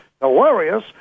hilarious